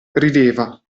rideva